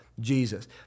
Jesus